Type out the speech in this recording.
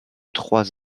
trois